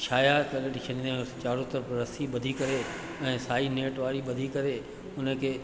छाया ते रखी छॾींदा आहियूं असां चारो तर्फ़ु रसी ॿधी करे ऐं साई नेट वारी ॿधी करे उन खे